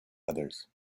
others